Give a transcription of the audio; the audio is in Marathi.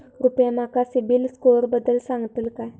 कृपया माका सिबिल स्कोअरबद्दल सांगताल का?